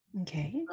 okay